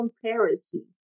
comparison